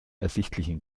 ersichtlichen